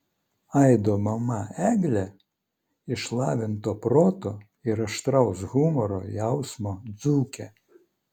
aido mama eglė išlavinto proto ir aštraus humoro jausmo dzūkė